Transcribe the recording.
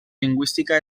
lingüística